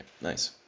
Nice